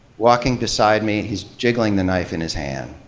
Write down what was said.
walking beside me. he's jiggling the knife in his hand